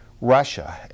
Russia